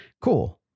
Cool